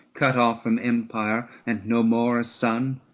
cut off from empire, and no more a son!